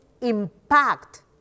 impact